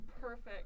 Perfect